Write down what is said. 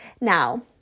now